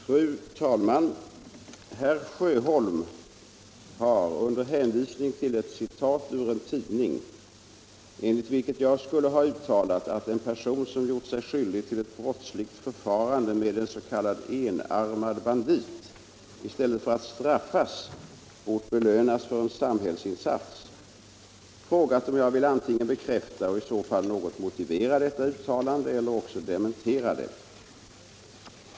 Fru talman! Herr Sjöholm har under hänvisning till ett citat ur en tidning — enligt vilket jag skulle ha uttalat att en person som gjort sig skyldig till ett brottsligt förfarande med en s.k. enarmad bandit i stället för att straffas bort belönas för en samhällsinsats — frågat om jag vill antingen bekräfta och i så fall något motivera detta uttalande eller också dementera det.